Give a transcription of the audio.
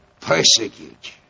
persecute